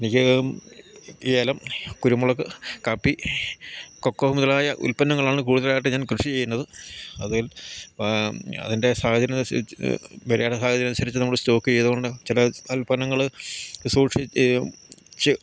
എനിക്ക് ഏലം കുരുമുളക് കാപ്പി കൊക്കോ മുതലായ ഉൽപ്പന്നങ്ങളാണ് കൂടുതലായിട്ട് ഞാൻ കൃഷി ചെയ്യുന്നത് അതിൽ അതിൻ്റെ സാഹചര്യമനുസരിച്ച് വിലയുടെ സാഹചര്യമനുസരിച്ച് നമ്മള് സ്റ്റോക്ക് ചെയ്ത് കൊണ്ട് ചില ഉൽപന്നങ്ങൾ സൂക്ഷി ച്ച്